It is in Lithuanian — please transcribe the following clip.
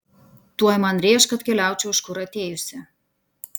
tuoj man rėš kad keliaučiau iš kur atėjusi